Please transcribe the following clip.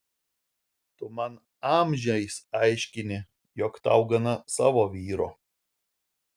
tu man amžiais aiškini jog tau gana savo vyro